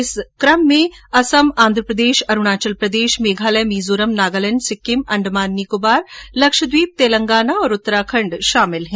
इस चरण में असम आंध्र प्रदेश अरूणाचल प्रदेश मेघालय मिजोरम नागालैंड सिक्किम अंडमान निकोबार लक्षद्वीप तेलंगाना और उत्तराखण्ड शामिल हैं